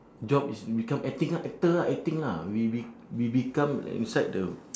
job is become acting lah actor lah acting lah we we we become uh beside the